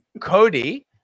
Cody